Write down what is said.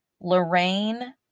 Lorraine